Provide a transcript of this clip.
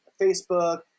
Facebook